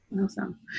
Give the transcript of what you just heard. Awesome